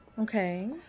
Okay